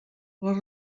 les